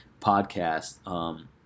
podcast